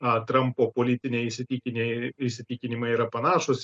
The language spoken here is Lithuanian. na trampo politiniai įsitikiniai įsitikinimai yra panašūs